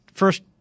first